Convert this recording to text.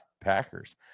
Packers